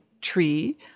tree